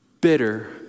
bitter